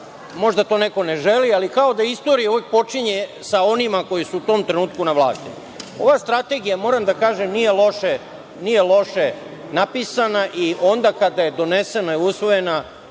možda to neko ne želi, ali kao da istoriju uvek počinje sa onima koji su u tom trenutku na vlasti. Ovo je strategija, moram da kažem, nije loše napisana i onda kada je donesena i usvojena,